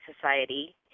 society